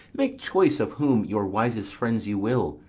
make choice of whom your wisest friends you will,